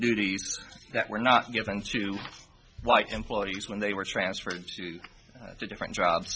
duties that were not given to white employees when they were transferred to different jobs